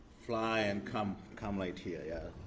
fly and come come right here, yeah.